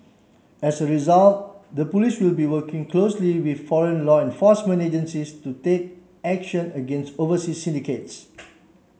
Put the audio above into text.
as a result the police will be working closely with foreign law enforcement agencies to take action against overseas syndicates